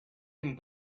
him